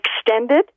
extended